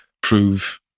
prove